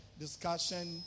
Discussion